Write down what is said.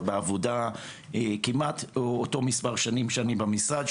בעבודה כמעט אותו מספר שנים שאני במשרד,